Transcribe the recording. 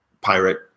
pirate